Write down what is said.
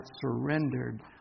surrendered